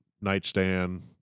nightstand